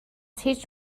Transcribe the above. هیچ